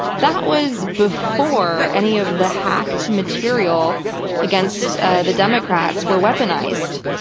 that was before any of the hacked material against ah the democrats were weaponized.